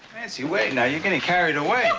nancy, wait, now you're getting carried away.